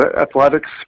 athletics